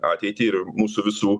ateitį ir mūsų visų